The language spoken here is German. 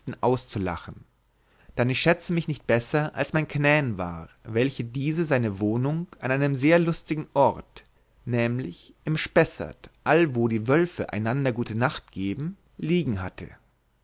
auszulachen dann ich schätze mich nicht besser als mein knän war welcher diese seine wohnung an einem sehr lustigen ort nämlich im spessert allwo die wölfe einander gute nacht geben liegen hatte